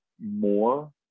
more